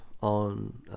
on